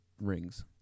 rings